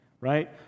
Right